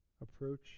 Approach